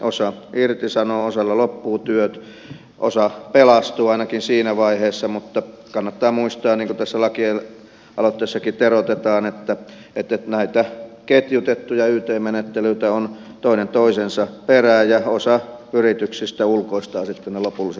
osa irtisanotaan osalla loppuvat työt osa pelastuu ainakin siinä vaiheessa mutta kannattaa muistaa niin kuin tässä lakialoitteessakin teroitetaan että näitä ketjutettuja yt menettelyitä on toinen toisensa perään ja osa yrityksistä ulkoistaa sitten ne lopulliset ratkaisut